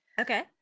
Okay